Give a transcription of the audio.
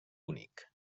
únic